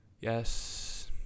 Yes